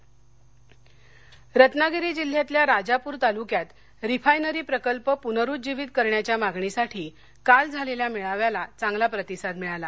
refinery मेळावा रत्नागिरी रत्नागिरी जिल्ह्यातल्या राजापूर तालुक्यात रिफायनरी प्रकल्य पुनरुज्जीवित करण्याच्या मागणीसाठी काल झालेल्या मेळाव्याला चांगला प्रतिसाद मिळाला